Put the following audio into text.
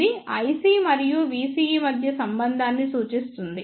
ఇది ic మరియు vCE మధ్య సంబంధాన్ని సూచిస్తుంది